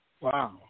Wow